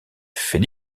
faits